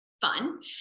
fun